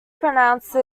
pronounce